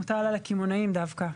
מוטל על הקמעונאים דווקא,